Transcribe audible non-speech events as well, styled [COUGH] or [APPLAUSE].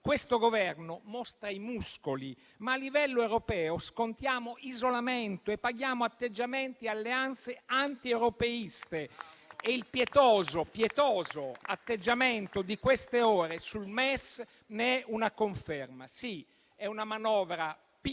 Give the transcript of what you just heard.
Questo Governo mostra i muscoli, ma a livello europeo scontiamo isolamento e paghiamo atteggiamenti e alleanze antieuropeiste. [APPLAUSE] E il pietoso atteggiamento di queste ore sul MES ne è una conferma. Sì, è una manovra piccola